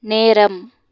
நேரம்